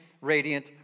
radiant